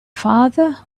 father